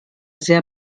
sehr